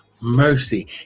mercy